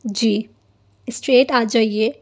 جی street آ جائیے